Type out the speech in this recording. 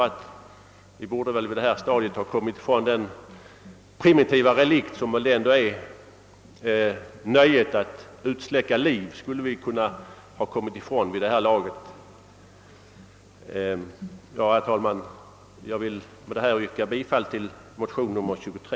Ty vi borde väl nu ha kommit ifrån den primitiva relikt som nöjet att utsläcka liv måste sägas vara. Herr talman! Jag vill med mina ord yrka bifall till motion II: 23.